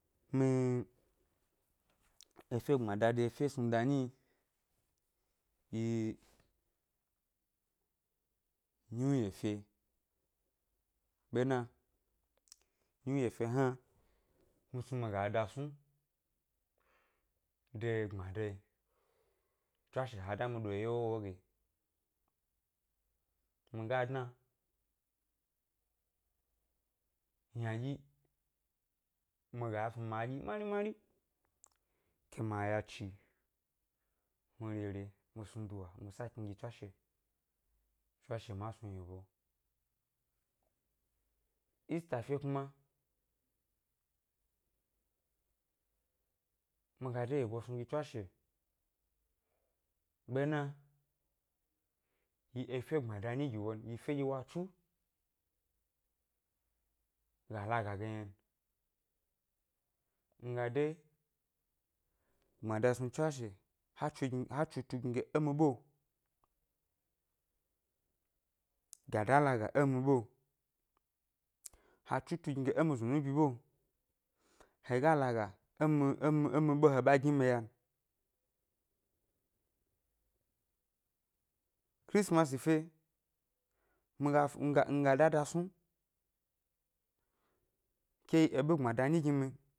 Mi efe gbmada de efe snuda nyi yi, yi new year ʻfe, ɓena new year ʻfe hna, mi snu mi ga da snu de gbmada yi, tswashe ha dá mi ɗo eye wowowyi ge, mi ga dna ynaɗyi mi ga snu ma ɗyi mari mari mari ke ma yachi mi rere mi snu duwa mi sa kni gi tswashe, tswashe ma snu yebo. Easter ʻfe kuma, mi ga dé yebo snu gi tswashe ɓena yi efe gbmada nyi gi wo n, yi efe ɗye wa tsu ga laga ge yna, mi ga dé gbada snu tswashe ha tsu gni ha tsu tugni ge é mi ʻɓeo, ga dá laga é mi ɓeo ha tsu tugni ge é mi zunubi ɓeo ga laga é mi é mi ɓeo he ɓa gni mi ya n. Kirisimasi ʻfe yi, mi ga nga nga dá da snu ke éɓe gbmada nyi gi mi